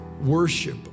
worship